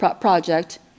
project